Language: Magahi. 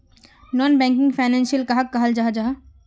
नॉन बैंकिंग फैनांशियल कहाक कहाल जाहा जाहा?